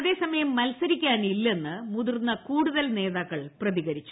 അതേസമയം മൽസരിക്കാനില്ലെന്ന് മുതിർന്ന കൂടുതൽ നേതാക്കൾ പ്രതികരിച്ചു